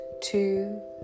two